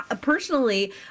personally